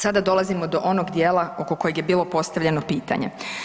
Sada dolazimo do onog djela oko kojeg je bilo postavljeno pitanje.